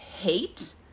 hate